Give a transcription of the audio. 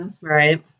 Right